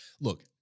look